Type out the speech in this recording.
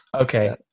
okay